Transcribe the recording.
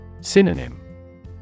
Synonym